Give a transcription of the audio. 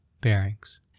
bearings